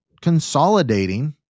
consolidating